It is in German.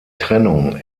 trennung